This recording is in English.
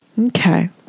Okay